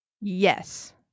Yes